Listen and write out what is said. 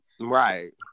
Right